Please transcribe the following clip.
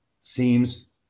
seems